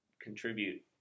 contribute